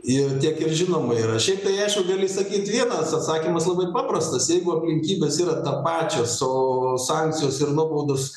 ir tiek ir žinoma yra šiaip tai aišku gali sakyt vienas atsakymas labai paprastas jeigu aplinkybės yra tapačios o o sankcijos ir nuobaudos